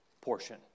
portion